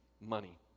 Money